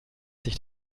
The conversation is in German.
sich